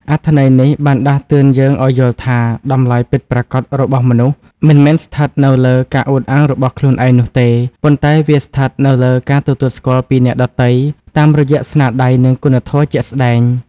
អត្ថន័យនេះបានដាស់តឿនយើងឱ្យយល់ថា តម្លៃពិតប្រាកដរបស់មនុស្សមិនមែនស្ថិតនៅលើការអួតអាងរបស់ខ្លួនឯងនោះទេ ប៉ុន្តែវាស្ថិតនៅលើការទទួលស្គាល់ពីអ្នកដទៃតាមរយៈស្នាដៃ និងគុណធម៌ជាក់ស្ដែង។